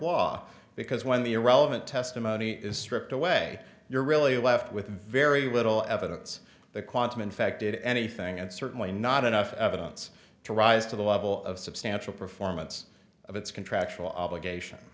law because when the irrelevant testimony is stripped away you're really left with very little evidence that quantum infected anything and certainly not enough evidence to rise to the level of substantial performance of its contractual obligation